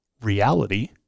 reality